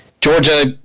Georgia